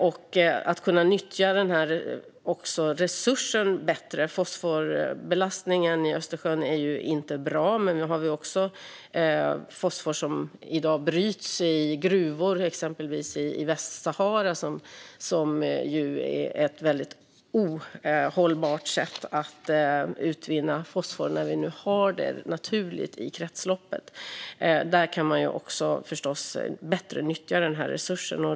Vi måste också kunna nyttja den här resursen bättre. Fosforbelastningen i Östersjön är ju inte bra, men vi har också fosfor som i dag bryts i gruvor i exempelvis Västsahara. Detta är ett väldigt ohållbart sätt att utvinna fosfor när vi nu har det naturligt i kretsloppet. Där kan man förstås bättre nyttja den här resursen.